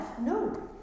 No